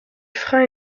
freins